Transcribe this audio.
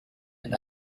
and